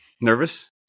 Nervous